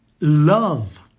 love